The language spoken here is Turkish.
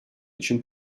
için